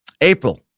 April